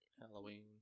Halloween